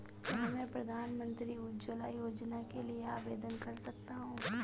क्या मैं प्रधानमंत्री उज्ज्वला योजना के लिए आवेदन कर सकता हूँ?